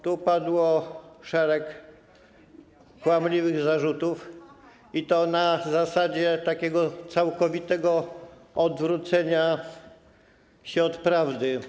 Tu padło szereg kłamliwych zarzutów, i to na zasadzie takiego całkowitego odwrócenia się od prawdy.